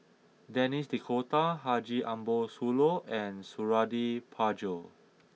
Denis D'Cotta Haji Ambo Sooloh and Suradi Parjo